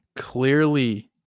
Clearly